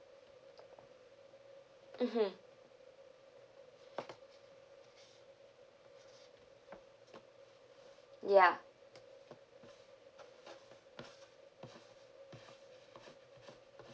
mmhmm ya